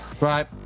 right